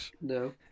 No